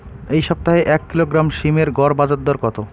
এই সপ্তাহে এক কিলোগ্রাম সীম এর গড় বাজার দর কত?